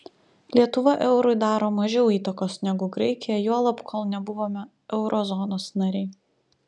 lietuva eurui daro mažiau įtakos negu graikija juolab kol nebuvome euro zonos nariai